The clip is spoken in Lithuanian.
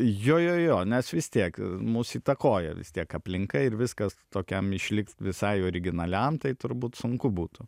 jo jo jo nes vis tiek mus įtakoja vis tiek aplinka ir viskas tokiam išlikt visai originaliam tai turbūt sunku būtų